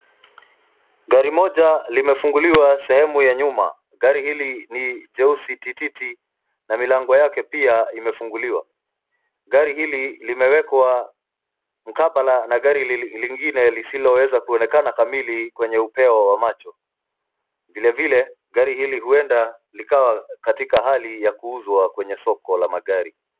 Gari moja limefunguliwa sehemu ya nyuma. Gari hili ni jeusi ti ti ti na milango yake pia imefunguliwa. Gari hili limewekwa mkabala na gari lingine lisiloweza kuonekana kamili kwenye upeo wa macho. Vile vile gari hili huenda likawa katika hali ya kuuzwa kwenye soko la magari.